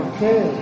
Okay